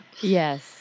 Yes